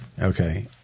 okay